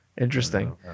Interesting